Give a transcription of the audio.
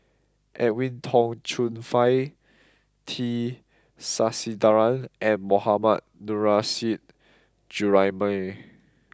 Edwin Tong Chun Fai T Sasitharan and Mohammad Nurrasyid Juraimi